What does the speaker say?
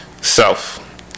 Self